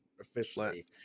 officially